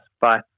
Bye